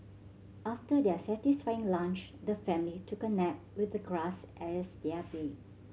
after their satisfying lunch the family took a nap with the grass as their bed